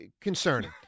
concerning